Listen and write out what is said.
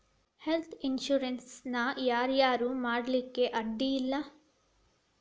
Health insurance ನ ಯಾರ್ ಯಾರ್ ಮಾಡ್ಸ್ಲಿಕ್ಕೆ ಅಡ್ಡಿ ಇಲ್ಲಾ?